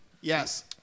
Yes